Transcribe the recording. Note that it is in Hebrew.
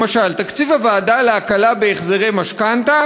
למשל: תקציב הוועדה להקלה בהחזרי משכנתה